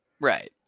right